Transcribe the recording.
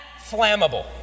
flammable